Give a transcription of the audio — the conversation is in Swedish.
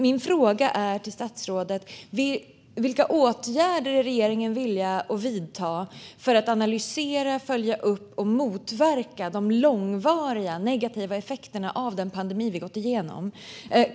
Min fråga till statsrådet är: Vilka åtgärder är regeringen villig att vidta för att analysera, följa upp och motverka de långvariga negativa effekterna av den pandemi som vi har gått igenom?